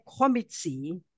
committee